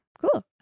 Cool